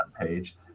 page